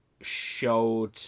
showed